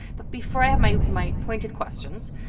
but before i have my my pointed questions,